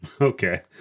okay